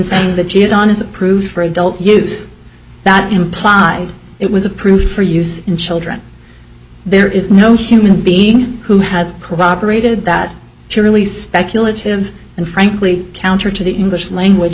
saying that she had on is approved for adult use that implied it was approved for use in children there is no human being who has proper rated that purely speculative and frankly counter to the english language